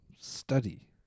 study